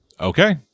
Okay